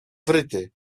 wryty